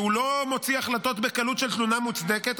שלא מוציא החלטות בקלות של תלונה מוצדקת,